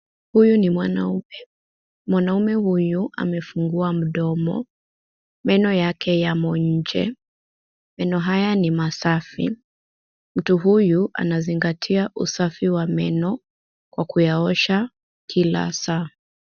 Huyu ni mwanaume. Mwanaume huyu amefungua mdomo. Meno yake yamo nje. Meno haya ni masafi. Mtu huyu anazingatia usafi wa meno kwa kuyaosha kila saa.